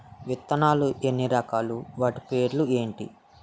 విత్తనాలు ఎన్ని రకాలు, వాటి పేర్లు ఏంటి?